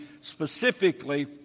specifically